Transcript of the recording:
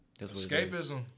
Escapism